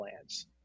plans